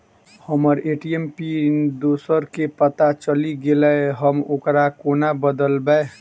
हम्मर ATM PIN दोसर केँ पत्ता चलि गेलै, हम ओकरा कोना बदलबै?